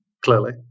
clearly